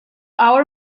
our